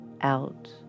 out